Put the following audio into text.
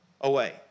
away